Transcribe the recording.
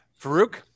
Farouk